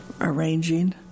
arranging